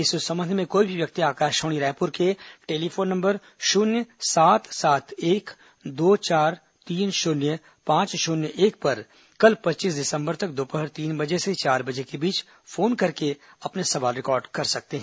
इस संबंध में कोई भी व्यक्ति आकाशवाणी रायपुर के टेलीफोन नंबर शून्य सात सात एक दो चार तीन शून्य पांच शून्य एक पर कल पच्चीस दिसंबर तक दोपहर तीन से चार बजे के बीच फोन करके अपने सवाल रिकॉर्ड करा सकते हैं